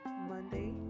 Monday